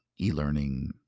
e-learning